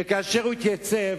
וכאשר הוא יתייצב,